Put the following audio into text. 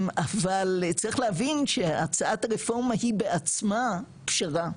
אבל צריך להבין שהצעת הרפורמה היא בעצמה פשרה,